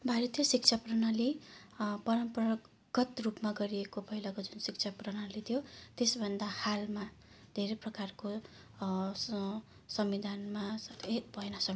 भारतीय शिक्षा प्रणाली परम्परागत रूपमा गरिएको पहिलाको जुन शिक्षा प्रणाली थियो त्यसभन्दा हालमा धेरै प्रकारको स संविधानमा सधैँ पहिला